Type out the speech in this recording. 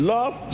Love